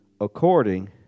according